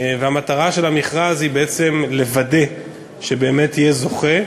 והמטרה של המכרז היא בעצם לוודא שבאמת יהיה זוכה,